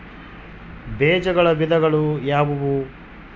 ಬೇಜಗಳ ವಿಧಗಳು ಯಾವುವು?